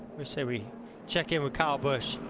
you say we check in with kyle busch?